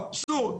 אבסורד.